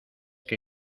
que